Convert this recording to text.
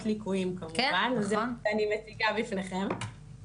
ליקויים כמובן וזה מה שאני מציגה בפניכם.